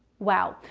wow!